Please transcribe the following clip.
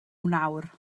nawr